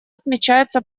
отмечается